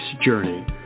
journey